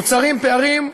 נוצרים פערים,